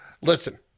Listen